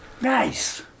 Nice